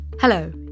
Hello